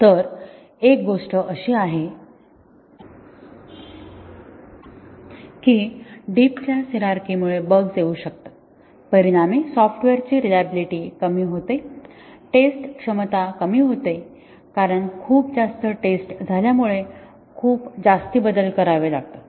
तर एक गोष्ट अशी आहे की डीप क्लास हिरारचीमुळे बग्स येऊ शकतात परिणामी सॉफ्टवेअरची रिलायेबिलिटी कमी होते टेस्ट क्षमता कमी होते कारण खूप जास्त टेस्ट झाल्यामुळे खूप जास्त बदल करावे लागतात